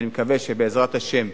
ואני מקווה, בעזרת השם,